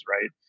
right